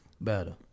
better